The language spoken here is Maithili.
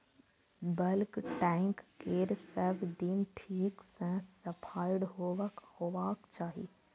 बल्क टैंक केर सब दिन ठीक सं सफाइ होबाक चाही